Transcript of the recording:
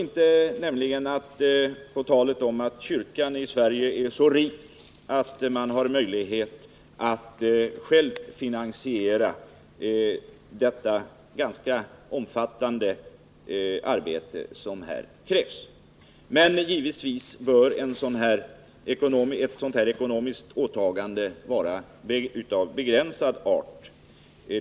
Jag tror nämligen inte på talet om att kyrkan i Sverige är så rik att man har möjlighet att själv finansiera det ganska omfattande arbete som här krävs. Givetvis bör ett sådant ekonomiskt åtagande vara av begränsad art.